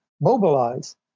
mobilize